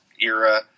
era